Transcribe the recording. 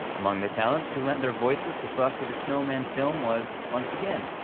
among the talents who lent their voices to frosty the snowman film was, once again,